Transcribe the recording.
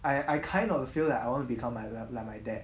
I I kind of feel like I want to become my dad like my dad